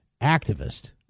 activist